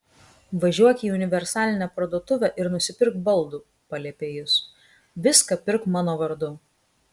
važiuok į universalinę parduotuvę ir nusipirk baldų paliepė jis viską pirk mano vardu